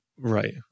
Right